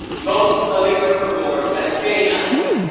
most of the herbivores have canines,